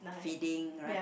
feeding right